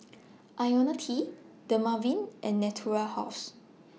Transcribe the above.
Ionil T Dermaveen and Natura House